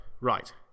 right